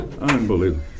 Unbelievable